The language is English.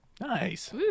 Nice